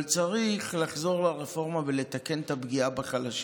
אבל צריך לחזור לרפורמה ולתקן את הפגיעה בחלשים.